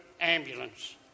ambulance